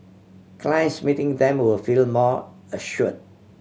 clients meeting them will feel more assured